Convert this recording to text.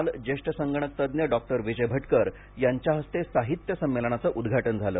काल ज्येष्ठ संगणकतज्ञ डॉक्टर विजय भटकर यांच्या हस्ते साहित्य संमेलनाचं उद्घाटन झालं